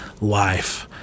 life